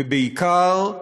ובעיקר,